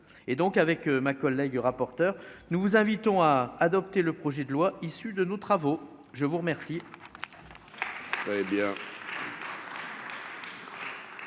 et donc avec ma collègue, rapporteure, nous vous invitons à adopter le projet de loi issue de nos travaux, je vous remercie.